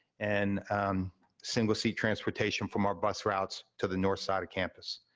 and single-seat transportation from our bus routes to the north side of campus.